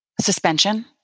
suspension